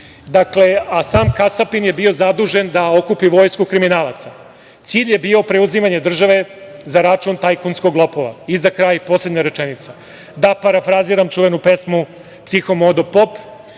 sam kasapin je bio zadužen da okupi vojsku kriminalaca. Cilj je bio preuzimanje države za račun tajkunskog lopova.Za kraj, poslednja rečenica, da parafraziram čuvenu pesmu Psihomodo pop